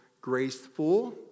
graceful